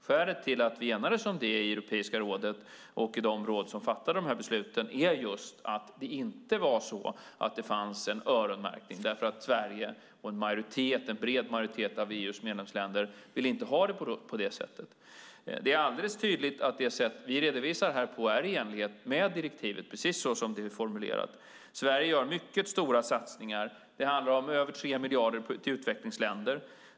Skälet till att vi enades om det i Europeiska rådet och i de råd som fattar dessa beslut var just att det inte fanns en öronmärkning, därför att Sverige och en bred majoritet av EU:s medlemsländer inte ville ha det på det sättet. Det är alldeles tydligt att det sätt som vi redovisar detta på är i enlighet med direktivet, precis så som det är formulerat. Sverige gör mycket stora satsningar. Det handlar om över 3 miljarder till utvecklingsländer.